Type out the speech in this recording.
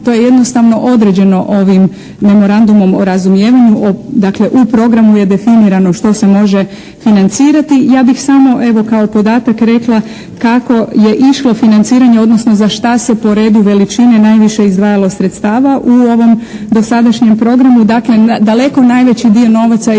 to je jednostavno određeno ovim Memorandumom o razumijevanju o, dakle u programu je definirano što se može financirati. Ja bih samo evo kao podatak rekla kako je išlo financiranje odnosno za šta se po redu veličine najviše izdvajalo sredstava u ovom dosadašnjem programu. Dakle najveći dio novaca je